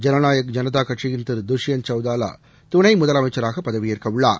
ஜனநாயக் கட்சியின் திரு துஷ்யந்த் ஐனதா சவுதாலா துணை முதலமைச்சராக பதவியேற்கவுள்ளார்